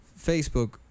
Facebook